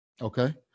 Okay